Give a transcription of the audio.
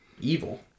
evil